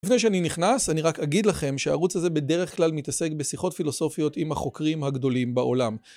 לפני שאני נכנס, אני רק אגיד לכם שהערוץ הזה בדרך כלל מתעסק בשיחות פילוסופיות עם החוקרים הגדולים בעולם.